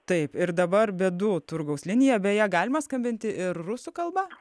taip ir dabar bėdų turgaus linija beje galima skambinti ir rusų kalba